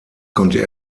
konnte